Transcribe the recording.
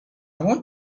wanted